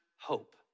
hope